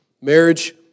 Marriage